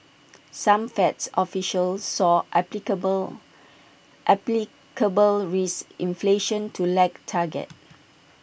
some Feds officials saw applicable applicable risk inflation to lag target